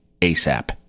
ASAP